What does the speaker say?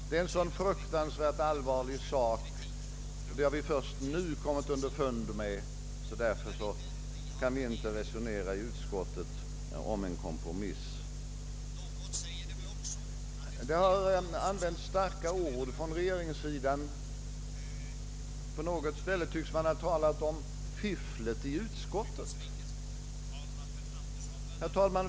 Det har ni först nu kommit underfund med. Därför anser ni det omöjligt att resonera i utskottet om en kompromiss. Regeringssidan har använt starka ord. På något ställe tycks man ha talat om fifflet i utskottet. Herr talman!